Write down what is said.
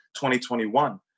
2021